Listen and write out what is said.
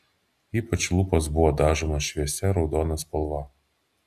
ypač lūpos buvo dažomos šviesia raudona spalva